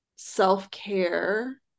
self-care